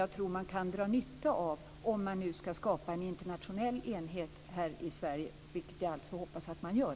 Jag tror att man dra nytta av dem om man nu skall skapa en internationell enhet här i Sverige, vilket jag hoppas att man gör.